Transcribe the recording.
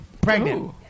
Pregnant